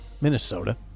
Minnesota